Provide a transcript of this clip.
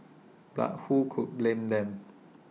but who could blame them